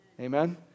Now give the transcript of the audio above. amen